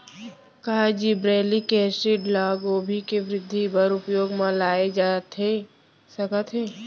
का gibberellic acid ल गोभी के वृद्धि बर उपयोग म लाये जाथे सकत हे?